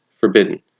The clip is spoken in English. forbidden